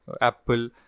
Apple